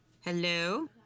Hello